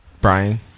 Brian